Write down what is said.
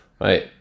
right